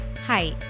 Hi